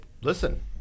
Listen